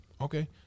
Okay